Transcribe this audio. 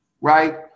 right